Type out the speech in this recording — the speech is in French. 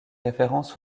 référence